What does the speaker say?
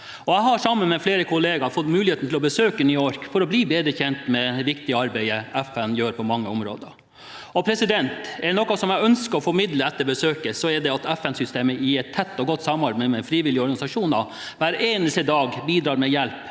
Jeg har sammen med flere kolleger fått muligheten til å besøke New York for å bli bedre kjent med det viktige arbeidet FN gjør på mange områder. Og er det noe jeg ønsker å formidle etter besøket, er det at FN-systemet i et tett og godt samarbeid med frivillige organisasjoner hver eneste dag bidrar med hjelp